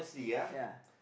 ya